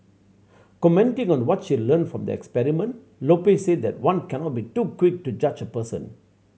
commenting on what she learnt from the experiment Lopez said that one cannot be too quick to judge a person